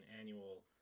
annual